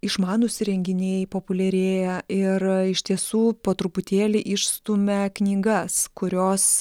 išmanūs įrenginiai populiarėja ir iš tiesų po truputėlį išstumia knygas kurios